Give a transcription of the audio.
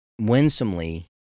winsomely